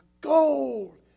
gold